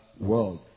world